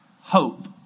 Hope